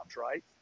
right